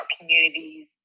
communities